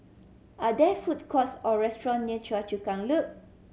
are there food courts or restaurant near Choa Chu Kang Loop